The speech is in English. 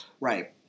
right